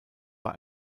bei